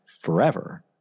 forever